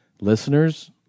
listeners